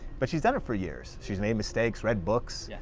but she's done it for years. she's made mistakes, read books, yeah